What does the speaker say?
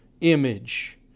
image